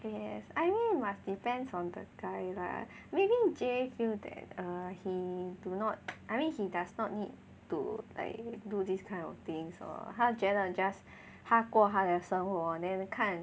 yes I mean must depends on the guy lah maybe Jay feel that err he do not I mean he does not need to like do this kind of things lor 他觉得 just 他过他的生活 then 看